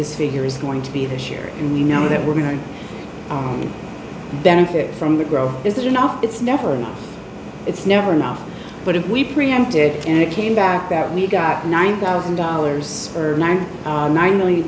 this figure is going to be this year and we know that we're going to benefit from the growth is there not it's never it's never enough but if we preempted it came back that we got nine thousand dollars or ninety nine million